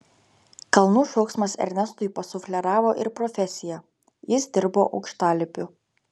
kalnų šauksmas ernestui pasufleravo ir profesiją jis dirbo aukštalipiu